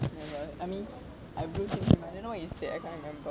ya but I mean I blue tick him I don't know what he said I can't remember